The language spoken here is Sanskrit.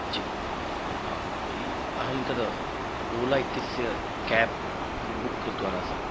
जि हा अहं तद् ओला इत्यस्य क्याब् अत्र बुक् कृतवान् आसम्